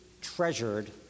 treasured